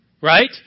right